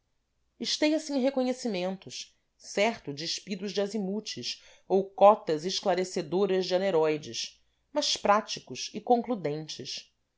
esteia se em reconhecimentos certo despidos de azimutes ou cotas esclarecedoras de aneróides mas práticos e concludentes